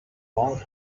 bought